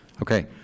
Okay